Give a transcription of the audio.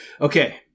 Okay